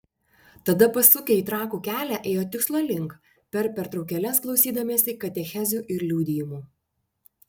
tada pasukę į trakų kelią ėjo tikslo link per pertraukėles klausydamiesi katechezių ir liudijimų